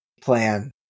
plan